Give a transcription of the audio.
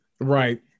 right